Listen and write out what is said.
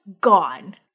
gone